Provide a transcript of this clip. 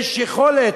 יש יכולת,